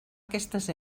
aquestes